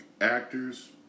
Actors